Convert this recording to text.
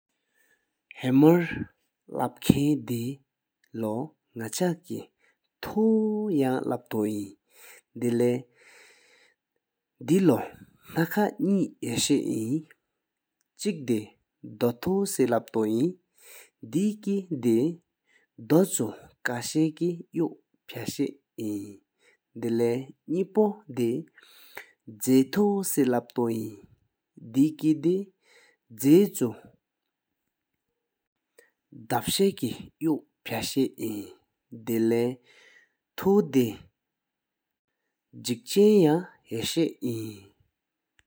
ཧེ་མར་ལཔ་ཁན་དེ་ལོ་ནག་ཤ་བཀྱད་པ་དང་འུ་ཡང་ལབ་བྱོས་པ་ཡིན། དེ་ལོ་དང་སྔོན་ཏོ་ཧ་ཤ། བསྟན་འགྱུར་དེ་བཀྱད་པ་འདྲ། དེ་སྐད་དེ་བཀྱད་ཆུ་ཀ་ཤ་བཀྱད་ཡོ་ཕ་ཤ་ཡིན། དེལེ་དང་ལོ་ལེ་བལ་འདུག བསྟན་འགྱུར་དེ་བཀྱད་པ་འདྲ་ཡིན། དེ་གི་ལེ་བའི་གསག་འདོངས་ཆུ་དབྱེ་ཤ་བཀྱད་པངས་ཡོ་ཕ་ཤ་ཡིན། དེལེ་ཐུ་དེ་བཀྱང་ཡང་ཧ་ཤ་དྲགས་པ་ཡིན།